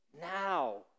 now